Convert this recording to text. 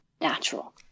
natural